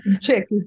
check